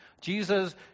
Jesus